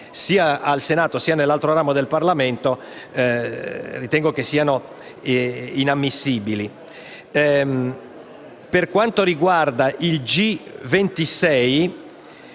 sia al Senato, sia nell'altro ramo del Parlamento, siano inammissibili. Per quanto riguarda